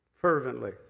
fervently